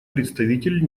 представитель